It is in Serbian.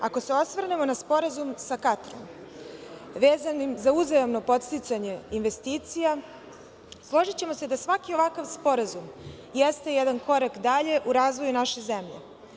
Ako se osvrnemo na Sporazum sa Katrom, vezanim za uzajamno podsticanje investicija, složićemo se da svaki ovakav sporazum jeste jedan korak dalje u razvoju naše zemlje.